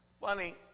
Funny